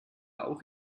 auch